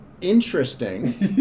interesting